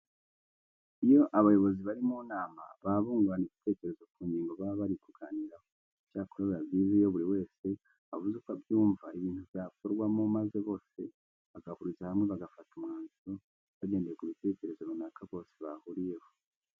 Iyo abayobozi bari mu nama baba bungurana ibitekerezo ku ngingo baba bari kuganiraho. Icyakora biba byiza iyo buri wese avuze uko yumva ibintu byakorwamo maze bose bagahuriza hamwe bagafata umwanzuro bagendeye ku bitekerezo runaka bose bahuriyeho.